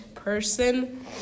person